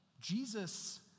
Jesus